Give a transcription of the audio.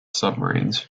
submarines